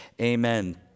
Amen